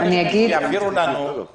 היושב-ראש, אפשר לבקש מהם שיעבירו לנו נתונים.